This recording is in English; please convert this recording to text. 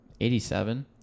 87